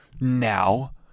Now